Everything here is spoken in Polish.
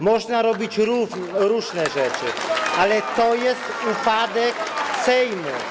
Można robić różne rzeczy, ale to jest upadek Sejmu.